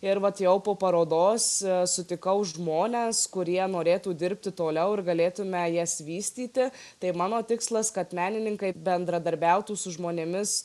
ir vat jau po parodos sutikau žmones kurie norėtų dirbti toliau ir galėtume jas vystyti tai mano tikslas kad menininkai bendradarbiautų su žmonėmis